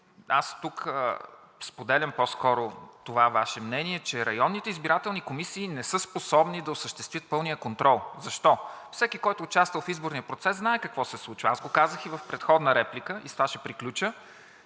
аз тук споделям по-скоро това Ваше мнение, че районните избирателни комисии не са способни да осъществят пълния контрол. Защо? Всеки, който е участвал в изборния процес, знае какво се случва. (Председателят дава сигнал,